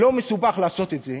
לא מסובך לעשות את זה,